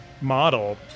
model